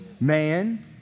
man